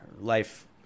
life